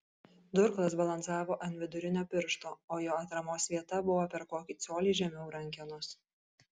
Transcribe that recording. durklas balansavo ant vidurinio piršto o jo atramos vieta buvo per kokį colį žemiau rankenos